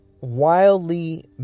wildly